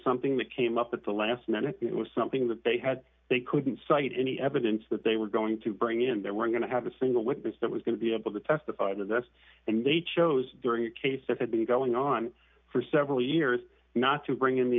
something that came up at the last minute it was something that they had they couldn't cite any evidence that they were going to bring in there were going to have a single witness that was going to be able to testify and that's and they chose during a case that had been going on for several years not to bring in the